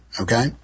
okay